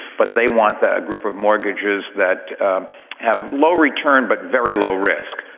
but they want that group of mortgages that have low return, but very low risk.